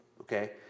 Okay